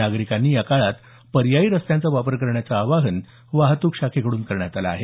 नागरिकांनी या काळात पर्यायी रस्त्यांचा वापर करण्याचं आवाहन वाहतुक शाखेकडून करण्यात आलं आहे